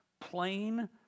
plain